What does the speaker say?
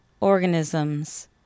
organisms